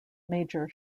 major